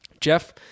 jeff